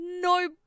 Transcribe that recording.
no